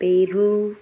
Peru